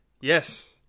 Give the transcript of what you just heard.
Yes